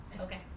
Okay